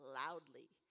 loudly